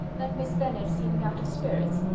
that miss bennet seemed out of spirits,